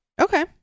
Okay